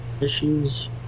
issues